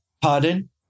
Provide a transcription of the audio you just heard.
Pardon